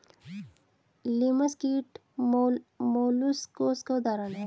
लिमस कीट मौलुसकास का उदाहरण है